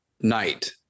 night